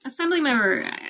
Assemblymember